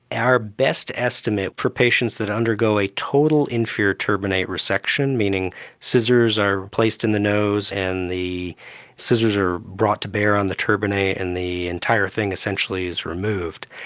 our best estimate for patients that undergo a total inferior turbinate resection, meaning scissors are placed in the nose and the scissors are brought to bear on the turbinate and the entire thing essentially is removed.